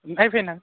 ओमफ्राय फैना